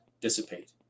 dissipate